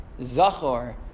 zachor